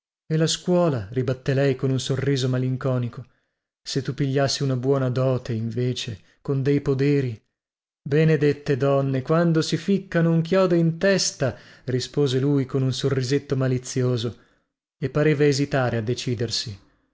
e la scuola ribattè lei con un sorriso malinconico se tu pigliassi una buona dote invece con dei poderi benedette donne quando si ficcano un chiodo in testa rispose lui con un sorrisetto malizioso e pareva esitare a decidersi